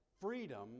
freedom